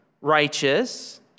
righteous